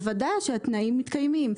היא מוודאת שהתנאים מתקיימים.